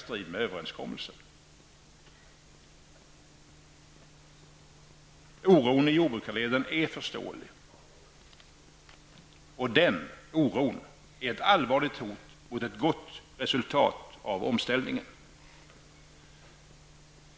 Oron i jordbrukarleden är förståelig. Den oron är ett allvarligt hot mot ett gott resultat av omställningen.